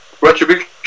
Retribution